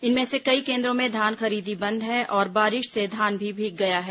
इनमें से कई केन्द्रों में धान खरीदी बंद है और बारिश से धान भी भीग गया है